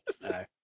No